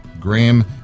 Graham